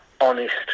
honest